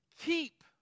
Keep